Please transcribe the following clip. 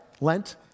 Lent